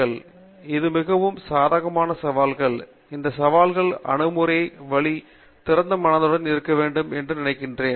பேராசிரியர் மகேஷ் வி பாஞ்ச்னுலா இது மிகவும் சாதகமான சவால்கள் இந்த சவால்களை அணுகுவதற்கான வழி திறந்த மனதுடன் இருக்க வேண்டும் என்று நான் நினைக்கிறேன்